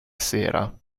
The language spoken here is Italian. sera